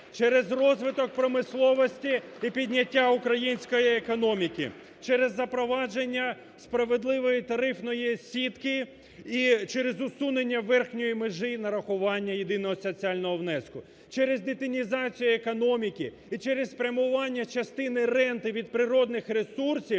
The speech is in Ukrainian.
через розвиток промисловості і підняття української економіки, через запровадження справедливої тарифної сітки і через усунення верхньої межі, і нарахування єдиного соціального внеску, через детінізацію економіки і через спрямування частини ренти від природних ресурсів